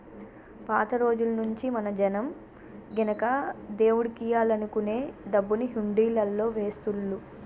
పాత రోజుల్నుంచీ మన జనం గినక దేవుడికియ్యాలనుకునే డబ్బుని హుండీలల్లో వేస్తుళ్ళు